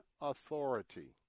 authority